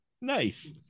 Nice